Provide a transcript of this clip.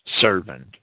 servant